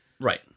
Right